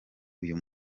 uyu